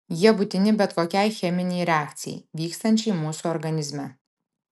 jie būtini bet kokiai cheminei reakcijai vykstančiai mūsų organizme